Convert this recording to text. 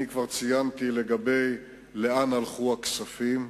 אני כבר ציינתי לגבי השאלה לאן הלכו הכספים.